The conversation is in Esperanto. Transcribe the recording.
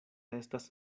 estas